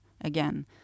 again